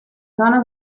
zona